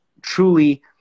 truly